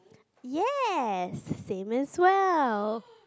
yes it's the same as well